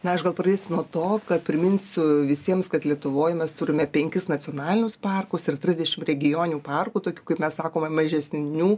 na aš gal pradėsiu nuo to kad priminsiu visiems kad lietuvoj mes turime penkis nacionalinius parkus ir trisdešimt regioninių parkų tokių kaip mes sakome mažesnių